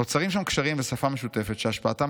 נוצרים שם קשרים ושפה משותפת שהשפעתם